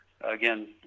Again